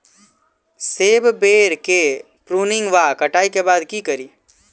सेब बेर केँ प्रूनिंग वा कटाई केँ बाद की करि?